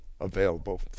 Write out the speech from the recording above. available